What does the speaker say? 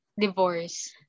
Divorce